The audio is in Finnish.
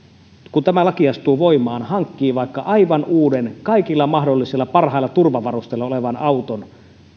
kun tämä laki astuu voimaan vaikka vuonna kaksituhattayhdeksäntoista hankkii aivan upouuden kaikilla mahdollisilla parhailla turvavarusteilla olevan auton